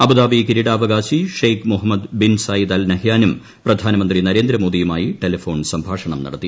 Abu Dhabi കിരീടാവകാശി Sheikh Mohammed bin Zayed Al നഹിയാനും പ്രധാനമന്ത്രി നരേന്ദ്രമോദിയുമായി ടെലിഫോൺ സംഭാഷണം നടത്തി